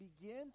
begin